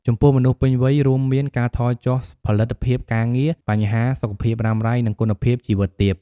ចំពោះមនុស្សពេញវ័យ រូមមាន ការថយចុះផលិតភាពការងារ បញ្ហាសុខភាពរ៉ាំរ៉ៃ និងគុណភាពជីវិតទាប។